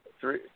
three